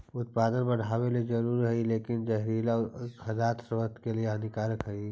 उत्पादन बढ़ावेला जरूरी हइ लेकिन जहरीला खाद्यान्न स्वास्थ्य के लिए हानिकारक हइ